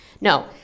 No